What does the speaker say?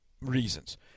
reasons